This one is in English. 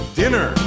dinner